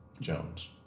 Jones